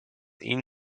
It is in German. ihn